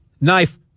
knife